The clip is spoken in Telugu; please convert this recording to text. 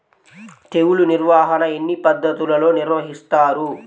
తెగులు నిర్వాహణ ఎన్ని పద్ధతులలో నిర్వహిస్తారు?